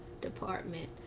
department